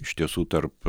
iš tiesų tarp